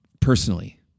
personally